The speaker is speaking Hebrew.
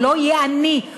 הוא לא יהיה עני,